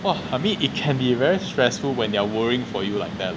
!wah! I mean it can be very stressful when they are worrying for you like that